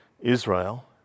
Israel